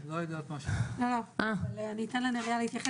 אני אתן לנריה להתייחס.